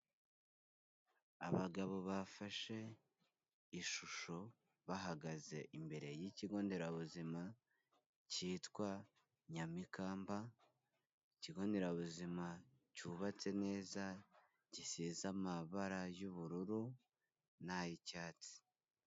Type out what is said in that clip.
Abagabo bafashe ishusho bahagaze imbere y'ikigo nderabuzima cyitwa Nyamikamba, ikigo nderabuzima cyubatse neza gisize amabara y'ubururu n'ay'icyatsi.